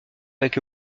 avec